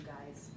guys